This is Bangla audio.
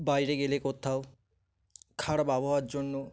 বাইরে গেলে কোথাও খারাপ আবহাওয়ার জন্য